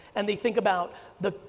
and they think about the,